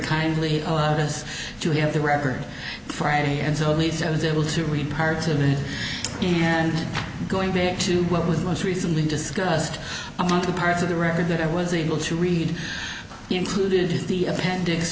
kindly allowed us to have the record friday and so at least i was able to read parts of the game and going back to what was most recently discussed among the parts of the record that i was able to read included the appendix